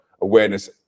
awareness